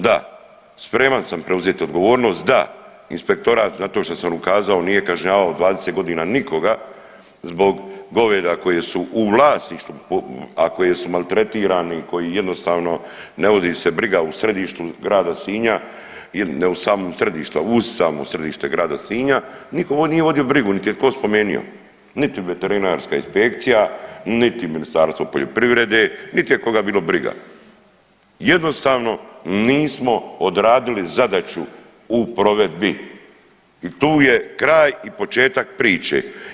Da spreman sam preuzeti odgovornost, da inspektorat zato što sam ukazao nije kažnjavao 20.g. nikoga zbog goveda koje su u vlasništvu, a koje su maltretirani i koji jednostavno ne vodi se briga u središtu grada Sinja, ne u samom središtu, uz samo središte grada Sinja, niko nije vodio brigu, niti je ko spomenuo, niti veterinarska inspekcija, niti Ministarstvo poljoprivrede, niti je koga bilo briga, jednostavno nismo odradili zadaću u provedbi i tu je kraj i početak priče.